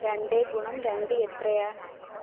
രണ്ട് ഗുണം രണ്ട് എത്രയാണ്